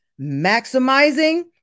maximizing